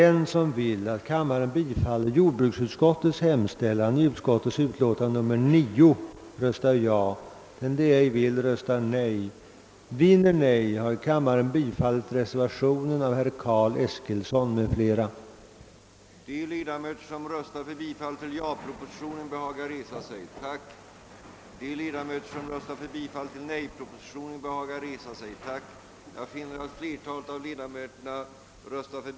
Som jag tidigare nämnde har också kreditramarna förstärkts ytterligare. Därför tror jag inte att enfamiljsjordbrukarna behöver vara ängsliga. Frågan om ett riksdagens uttalande i detta ärende, som man körde fram med vid reformens genomförande 1967, har jag uppfattat som något av en prestigesak.